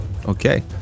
okay